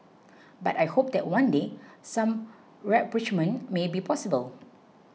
but I hope that one day some rapprochement may be possible